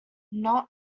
not